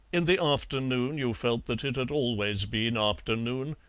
in the afternoon you felt that it had always been afternoon,